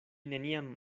neniam